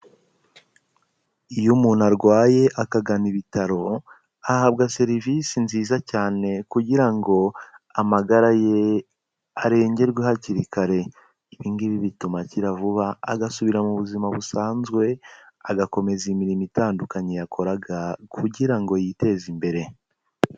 Iyo umuntu arwaye akagana ibitaro, ahabwa serivisi nziza cyane kugira ngo amagara ye arengerwe hakiri kare, ibi ngibi bituma akira vuba, agasubira mu buzima busanzwe, agakomeza imirimo itandukanye yakoraga kugira ngo yiteze imbere.